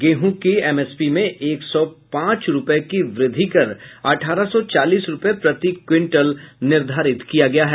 गेहूं की एमएसपी में एक सौ पांच रुपये की वृद्धि कर अठारह सौ चालीस रुपये प्रति क्विंटल निर्धारित किया गया है